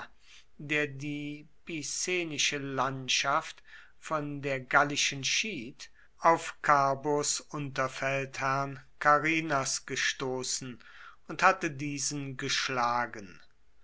der die picenische landschaft von der gallischen provinz schied auf carbos unterfeldherrn carrinas gestoßen und hatte diesen geschlagen